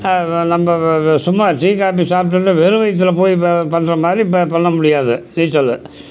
நம்ம சும்மா tea coffee சாப்பிட்டுட்டு வெறும் வயிற்றுல போய் ப பண்ணுற மாதிரி இப்போ பண்ண முடியாது நீீச்சல்